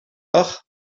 dag